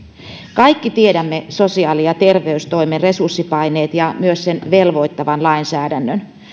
kaikki tiedämme sosiaali ja terveystoimen resurssipaineet ja myös sen velvoittavan lainsäädännön